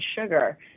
sugar